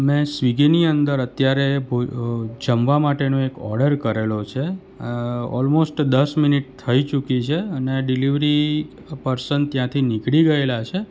મેં સ્વિગીની અંદર અત્યારે જમવા માટેનો એક ઓડર કરેલો છે ઓલમોસ્ટ દસ મિનિટ થઈ ચૂકી છે અને ડિલિવરી પર્સન ત્યાંથી નીકળી ગયેલા છે